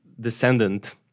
descendant